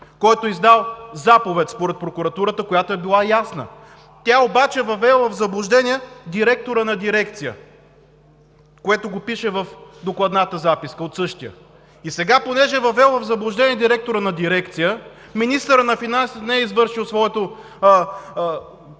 който е издал заповед, според Прокуратурата, която е била ясна. Тя обаче е въвела в заблуждение директора на дирекция, което го пише в Докладната записка от същия, и сега понеже е въвела в заблуждение директора на дирекция, министърът на финансите не е извършил своето задължение